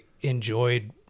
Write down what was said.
enjoyed